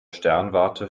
sternwarte